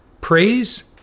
praise